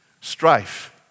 strife